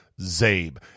ZABE